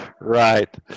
right